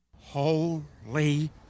holy